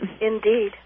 Indeed